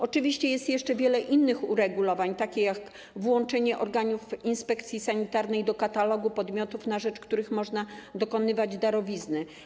Oczywiście jest jeszcze wiele innych uregulowań, takich jak włączenie organów inspekcji sanitarnej do katalogu podmiotów, na rzecz których można dokonywać darowizny.